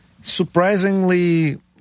Surprisingly